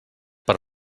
per